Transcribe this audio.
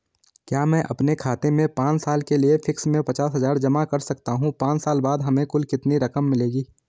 क्या मैं अपने खाते में पांच साल के लिए फिक्स में पचास हज़ार जमा कर सकता हूँ पांच साल बाद हमें कुल कितनी रकम मिलेगी?